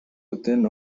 within